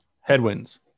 Headwinds